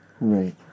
right